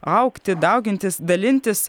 augti daugintis dalintis